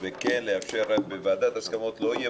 וכן לאפשר רק בוועדת הסכמות לא יהיה